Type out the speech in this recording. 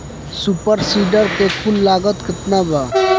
Super seeder के कुल लागत केतना बा?